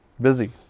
busy